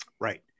right